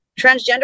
Transgender